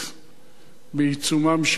בעיצומם של ימי האבל.